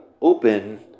open